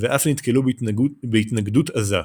ואף נתקלו בהתנגדות עזה,